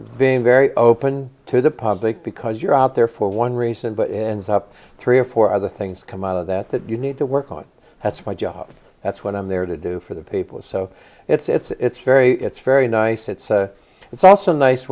very very open to the public because you're out there for one reason but in up three or four other things come out of that that you need to work on that's my job that's what i'm there to do for the people so it's very it's very nice it's it's also nice